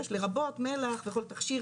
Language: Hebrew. יש לרבות מלח וכל תכשיר,